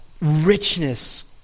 richness